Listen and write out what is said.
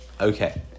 Okay